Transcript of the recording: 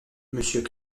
monsieur